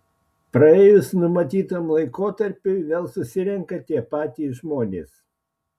praėjus numatytam laikotarpiui vėl susirenka tie patys žmonės